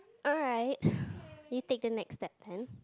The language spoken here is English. alright you take the next step then